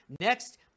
Next